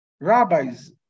rabbis